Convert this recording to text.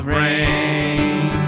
rain